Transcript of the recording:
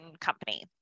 company